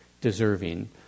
deserving